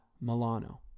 Milano